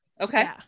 Okay